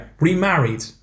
remarried